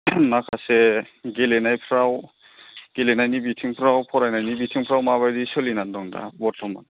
माखासे गेलेनायफ्राव गेलेनायनि बिथिंफ्राव फरायनायनि बिथिंफ्राव माबायदि सोलिनानै दं दा बर्तमान